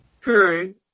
True